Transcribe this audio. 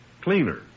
cleaner